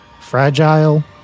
fragile